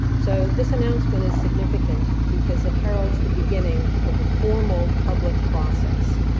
so this announcement is significant because it heralds the beginning of a formal public process.